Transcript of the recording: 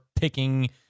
picking